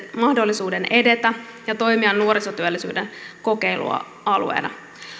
mahdollisuuden edetä ja toimia nuorisotyöllisyyden kokeilualueena